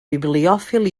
bibliòfil